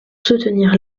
soutenir